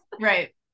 right